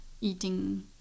eating